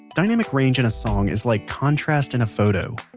dynamic range in a song is like contrast in a photo.